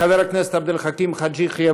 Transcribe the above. חבר הכנסת עבד אל חכים חאג' יחיא,